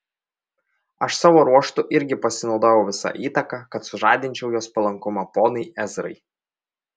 aš savo ruožtu irgi pasinaudojau visa įtaka kad sužadinčiau jos palankumą ponui ezrai